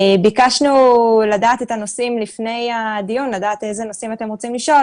ביקשנו לדעת את הנושאים לפני הדיון על איזה נושאים אתם רוצים לשאול